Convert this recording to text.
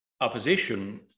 opposition